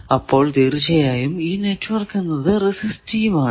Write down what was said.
അപ്പോൾ തീർച്ചയായും ഈ നെറ്റ്വർക്ക് എന്നത് റെസിസ്റ്റീവ് ആണ്